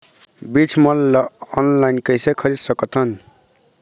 बीज मन ला हमन ऑनलाइन कइसे खरीद सकथन?